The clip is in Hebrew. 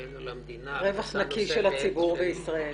הבאנו למדינה -- רווח נקי של הציבור בישראל.